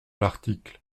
l’article